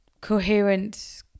coherent